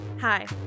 Hi